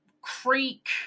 creek